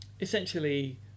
Essentially